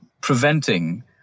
preventing